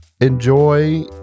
enjoy